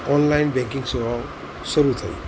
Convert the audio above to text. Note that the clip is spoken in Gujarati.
ઓનલાઇન બેકિંગ સેવાઓ શરૂ થઈ